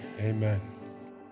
Amen